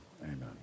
amen